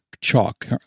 chalk